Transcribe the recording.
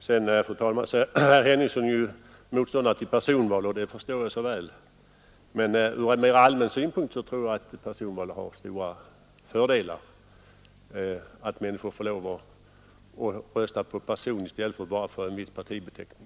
Herr Henningsson är motståndare till personval och det förstår jag så väl, men från en mera allmän synpunkt tror jag att det har stora fördelar att människor får lov att rösta på person i stället för bara på en viss partibeteckning.